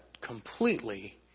completely